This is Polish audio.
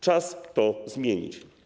Czas to zmienić.